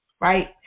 right